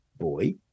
boy